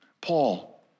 paul